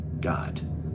God